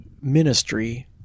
ministry